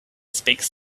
speaks